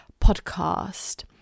podcast